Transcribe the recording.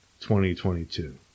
2022